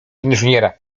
inżyniera